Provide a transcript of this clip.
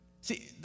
See